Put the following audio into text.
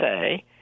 say